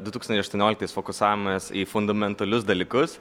du tūkstančiai aštuonioliktais fokusavomės į fundamentalius dalykus